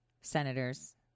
senators